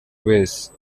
wese